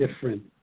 different